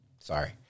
Sorry